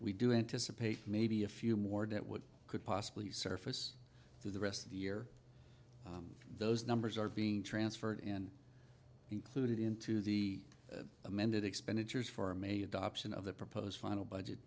we do anticipate maybe a few more debt would could possibly surface through the rest of the year those numbers are being transferred in included into the amended expenditures for may adoption of the proposed final budget